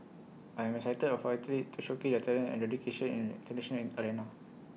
I am excited for athletes to showcase their talents and dedication in tradition arena